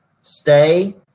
stay